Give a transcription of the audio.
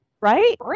right